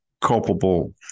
culpable